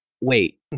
wait